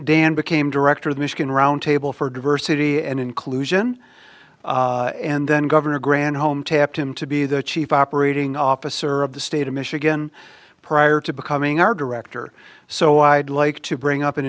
dan became director of michigan roundtable for diversity and inclusion and then governor granholm tapped him to be the chief operating officer of the state of michigan prior to becoming our director so i'd like to bring up